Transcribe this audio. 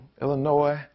Illinois